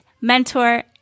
mentor